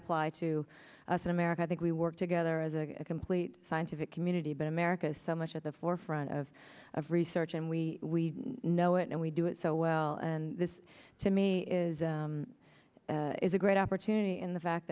apply to us in america i think we work together as a complete scientific community but america is so much at the forefront of of research and we know it and we do it so well and this to me is is a great opportunity in the fact